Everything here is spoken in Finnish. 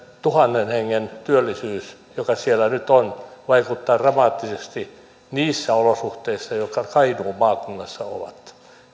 tuhannen hengen työllisyys joka siellä nyt on vaikuttaa dramaattisesti niissä olosuhteissa jotka kainuun maakunnassa ovat